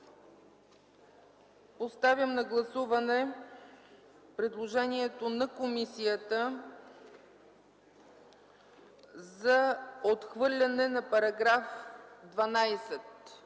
Подлагам на гласуване предложението на комисията за отхвърляне на § 8.